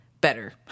better